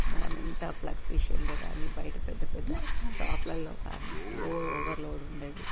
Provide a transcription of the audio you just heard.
మనం ఎంత ప్లగ్స్ విషయంలో కానీ బయట పెద్ద పెద్ద షాపుల్లో కానీ లోడ్ ఓవర్ లోడ్ ఉండేది